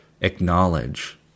acknowledge